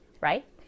right